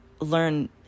learn